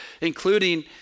including